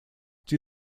due